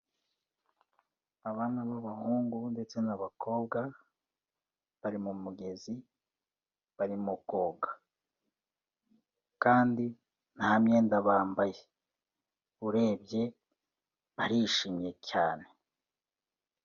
Abana b'abahungu ndetse n'abakobwa bari mu mugezi bari mu koga, kandi nta myenda bambaye urebye barishimye cyane.